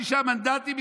שישה מנדטים,